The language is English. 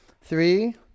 Three